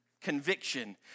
conviction